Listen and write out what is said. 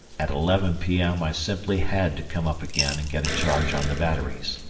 at eleven p m. i simply had to come up again and get a charge on the batteries.